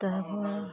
তাৰপৰা